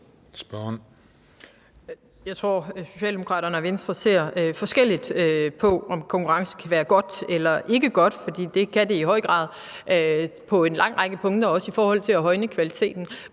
Jeg tror, at Socialdemokraterne og Venstre ser forskelligt på det, altså om det kan være godt eller ikke godt med konkurrence, for det kan i høj grad være godt på en lang række punkter og også i forhold til at højne kvaliteten.